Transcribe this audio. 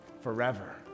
forever